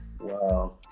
Wow